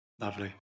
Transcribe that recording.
lovely